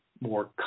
more